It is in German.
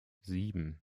sieben